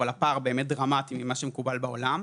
אבל הפער באמת דרמטי לעומת מה שמקובל בעולם.